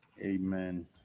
amen